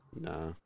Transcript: nah